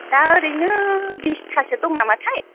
दा ओरैनो बिसथासे दं नामा थाय